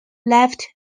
left